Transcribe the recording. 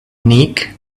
nick